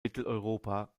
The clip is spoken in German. mitteleuropa